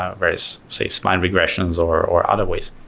ah various say spline regressions or or other ways.